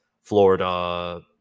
Florida